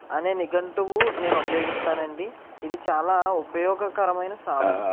అనే నిఘంటువు నేను ఉపయోగిస్తాను అండి ఇది చాలా ఉపయోగకరమైన సాధనం